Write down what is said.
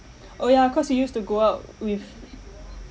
oh ya cause you used to go out with